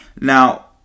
Now